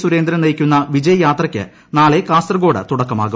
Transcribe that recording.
സുരേന്ദ്രൻ നയിക്കുന്ന വിജയ് യാത്രിയ്ക്ക് നാളെ കാസർഗോട്ട് തുടക്കമാകും